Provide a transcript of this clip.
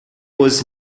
was